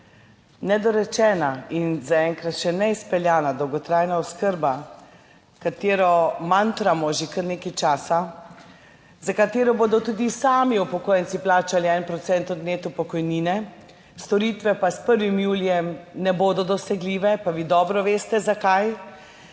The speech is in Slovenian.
Nedorečena in zaenkrat še neizpeljana dolgotrajna oskrba, s katero se mučimo že kar nekaj časa, za katero bodo tudi sami upokojenci plačali en odstotek od neto pokojnine, storitve pa s 1. julijem ne bodo dosegljive, pa vi dobro veste, zakaj.